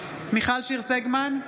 מיכל שיר סגמן,